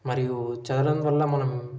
మరియు చదవడం వల్ల మనం